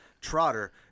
Trotter